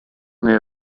near